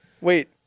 Wait